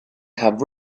have